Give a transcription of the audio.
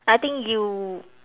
I think you